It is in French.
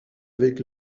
avec